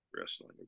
Wrestling